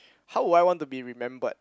how would I want to be remembered